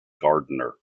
gardiner